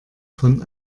von